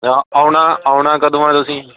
ਆਉਣਾ ਆਉਣਾ ਕਦੋਂ ਆ ਤੁਸੀਂ